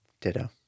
Ditto